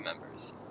members